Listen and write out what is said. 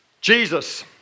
Jesus